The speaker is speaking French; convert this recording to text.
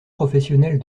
professionnel